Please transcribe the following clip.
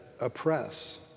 oppress